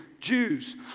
Jews